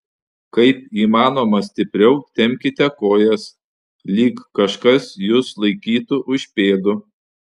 kaip įmanoma stipriau tempkite kojas lyg kažkas jus laikytų už pėdų